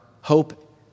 hope